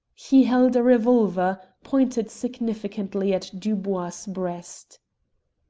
he held a revolver, pointed significantly at dubois' breast.